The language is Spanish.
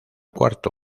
cuarto